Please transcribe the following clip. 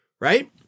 right